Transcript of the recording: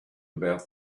about